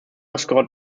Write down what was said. scored